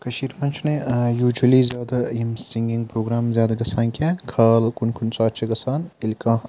کٔشیٖرِ منٛز چھُنہٕ یوٗجؤلی زیادٕ یِم سِنٛگِنٛگ پرٛوگرام زیادٕ گَژھان کیٚنٛہہ خال کُنہِ کُنہِ ساتہٕ چھِ گَژھان ییٚلہِ کانٛہہ